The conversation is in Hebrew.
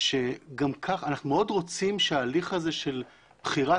שאנחנו מאוד רוצים שההליך הזה של בחירת